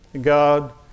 God